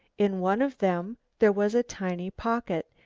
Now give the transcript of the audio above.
in one of them there was a tiny pocket,